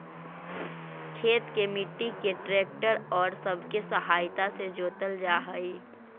खेत के मट्टी के ट्रैक्टर औउर सब के सहायता से जोतल जा हई